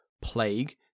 plague